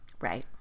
Right